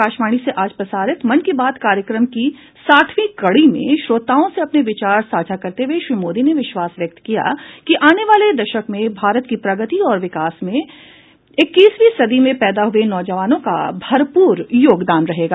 आकाशवाणी से आज प्रसारित मन की बात कार्यक्रम की साठवीं कड़ी में श्रोताओं से अपने विचार साझा करते हुए श्री मोदी ने विश्वास व्यक्त किया कि आने वाले दशक में भारत की प्रगति और विकास में इकीसवीं सदी में पैदा हुए नौजवानों का भरपूर योगदान रहेगा